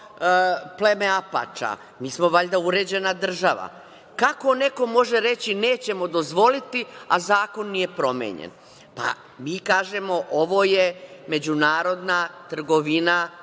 pleme Apača, mi smo valjda uređena država. Kako neko može reći – nećemo dozvoliti, a zakon nije promenjen? Mi kažemo – ovo je međunarodna trgovina